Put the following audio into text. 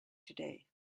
today